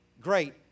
great